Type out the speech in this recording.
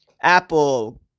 Apple